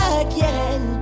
again